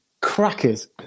crackers